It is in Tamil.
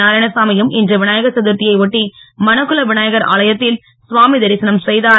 நாராயணசாமி யும் இன்று விநாயகசதுர்த்தியை ஒட்டி மணக்குள விநாயகர் ஆலயத்தில் சுவாமி தரிசனம் செய்தார்